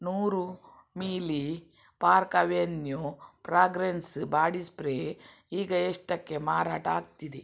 ನೂರು ml Park Avenue fragrance body spray ಈಗ ಎಷ್ಟಕ್ಕೆ ಮಾರಾಟ ಆಗ್ತಿದೆ